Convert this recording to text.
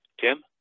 Tim